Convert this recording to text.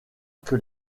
que